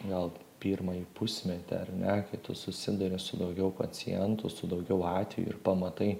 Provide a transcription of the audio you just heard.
gal pirmąjį pusmetį ar ne kai tu susiduri su daugiau pacientų su daugiau atvejų ir pamatai